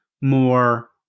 more